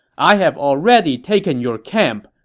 i have already taken your camp,